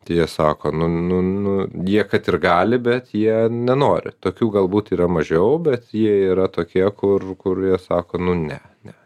tai jie sako nu nu nu jie kad ir gali bet jie nenori tokių galbūt yra mažiau bet jie yra tokie kur kur jie sako nu ne ne